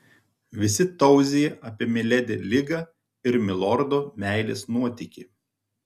visi tauzija apie miledi ligą ir milordo meilės nuotykį